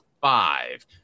five